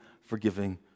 forgiving